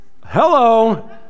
hello